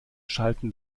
schalten